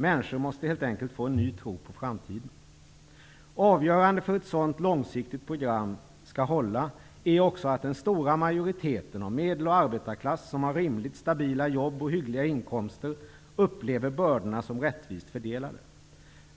Människor måste helt enkelt få en ny tro på framtiden. Avgörande för att ett sådant långsiktigt program skall hålla är också att den stora majoriteten av medel och arbetarklass som har rimligt stabila jobb och hyggliga inkomster upplever bördorna som rättvist fördelade.